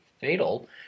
fatal